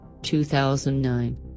2009